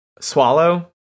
swallow